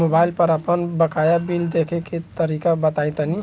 Mobile पर आपन बाकाया बिल देखे के तरीका बताईं तनि?